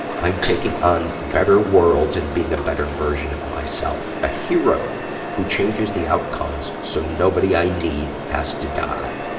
i'm taking on better worlds and being a better version of myself. a hero who changes the outcomes so nobody i need has to die.